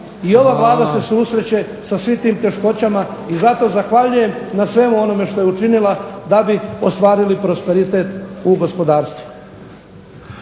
i ova Vlada se susreće sa svim tim teškoćama, i zato zahvaljujem na svemu onome što je učinila da bi ostvarili prosperitet u gospodarstvu.